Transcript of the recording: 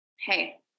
Hey